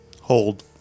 hold